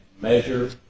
measure